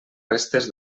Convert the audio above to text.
restes